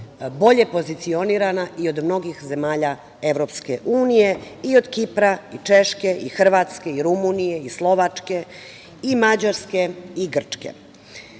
bolje pozicionirana i od mnogih zemalja Evropske unije, i od Kipra, i Češke, i Hrvatske, i Rumunije, i Slovačke, i Mađarske i Grčke. Mladi